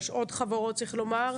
אבל יש עוד חברות צריך לומר.